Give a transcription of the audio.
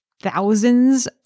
thousands